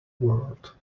world